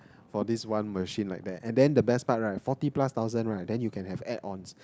for this one machine like that and then the best part right forty plus thousand right then you can have add ons